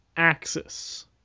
axis